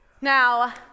Now